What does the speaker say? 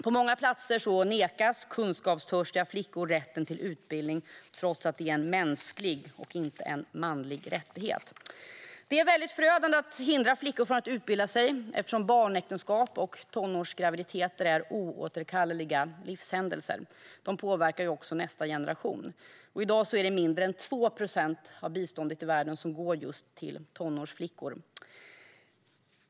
På många platser nekas kunskapstörstiga flickor rätten till utbildning trots att det är en mänsklig, inte en manlig, rättighet. Det är förödande att hindra flickor från att utbilda sig eftersom barnäktenskap och tonårsgraviditeter är oåterkalleliga livshändelser. De påverkar också nästa generation. I dag går mindre än 2 procent av biståndet i världen till tonårsflickor.